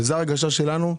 וזו ההרגשה שלנו,